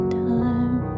time